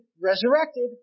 resurrected